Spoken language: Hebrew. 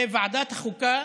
בוועדת החוקה